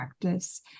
practice